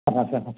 ಹಾಂ